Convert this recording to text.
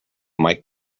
might